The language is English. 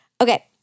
Okay